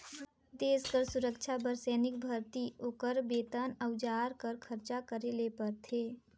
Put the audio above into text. देस कर सुरक्छा बर सैनिक भरती, ओकर बेतन, अउजार कर खरचा करे ले परथे